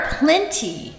plenty